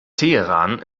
teheran